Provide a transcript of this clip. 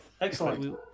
excellent